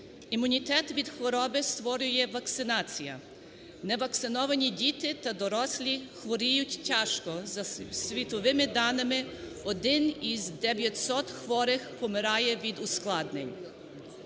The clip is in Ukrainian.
імунітет від хвороби створює вакцинація. Невакциновані діти та дорослі хворіють тяжко, за світовими даними 1 із 900 хворих помирає від ускладнень.